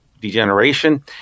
degeneration